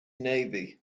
navy